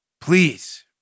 Please